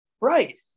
Right